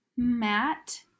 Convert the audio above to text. Matt